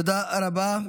תודה רבה.